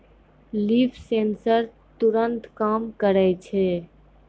leaf sensor तुरत काम करै छै